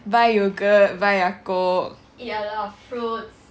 buy yoghurt buy Yakult